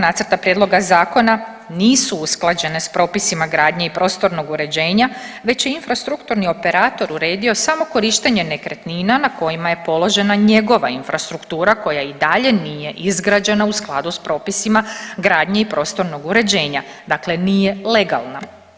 Nacrta prijedloga zakona nisu usklađene sa propisima gradnje i prostornog uređenja već je infrastrukturni operator uredio samo korištenje nekretnina na kojima je položena njegova infrastruktura koja i dalje nije izgrađena u skladu sa propisima gradnje i prostornog uređenja, dakle nije legalna.